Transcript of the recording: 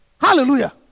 Hallelujah